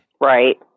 Right